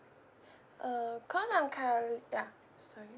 uh I'm currently ya sorry